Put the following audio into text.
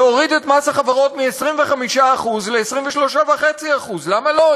להוריד את מס החברות מ-25% ל-23.5%, למה לא?